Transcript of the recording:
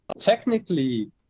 technically